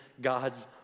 God's